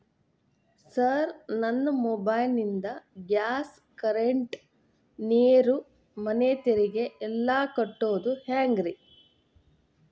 Sir ನನ್ನ mobile ನಿಂದ gas, current, ನೇರು, ಮನೆ ತೆರಿಗೆ ಎಲ್ಲಾ ಕಟ್ಟೋದು ಹೆಂಗ್ರಿ?